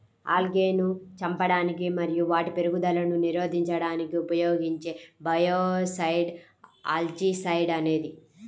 ఆల్గేను చంపడానికి మరియు వాటి పెరుగుదలను నిరోధించడానికి ఉపయోగించే బయోసైడ్ ఆల్జీసైడ్ అనేది